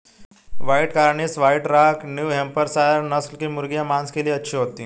white Cornish, White Rock, New Hampshire नस्ल की मुर्गियाँ माँस के लिए अच्छी होती हैं